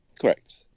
Correct